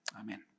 Amen